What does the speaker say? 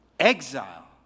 Exile